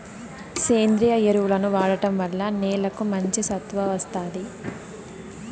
సేంద్రీయ ఎరువులను వాడటం వల్ల నేలకు మంచి సత్తువ వస్తాది